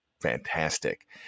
Fantastic